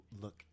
look